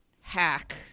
hack